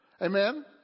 Amen